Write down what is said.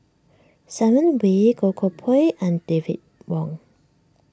Simon Wee Goh Koh Pui and David Wong